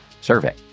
survey